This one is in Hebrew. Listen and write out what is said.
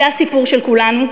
זה הסיפור שלנו,